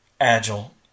Agile